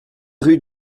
rue